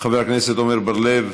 חבר הכנסת עמר בר-לב,